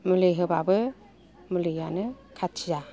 मुलि होबाबो मुलियानो खाथिया